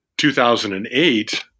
2008